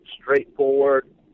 straightforward